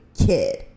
kid